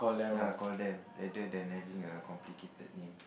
ya call them rather than having a complicated name